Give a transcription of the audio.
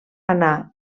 anar